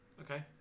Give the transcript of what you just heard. Okay